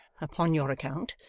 upon your account.